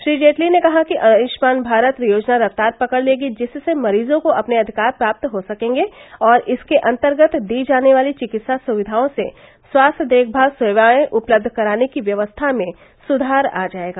श्री जेटली ने कहा कि आयुष्मान भारत योजना रफ्तार पकड़ लेगी जिससे मरीजों को अपने अधिकार प्राप्त हो सकेंगे और इसके अन्तर्गत दी जाने वाली चिकित्सा सुविधाओं से स्वास्थ्य देखभाल सेवाएं उपलब्ध कराने की व्यवस्था में सुधार आ जायेगा